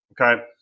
Okay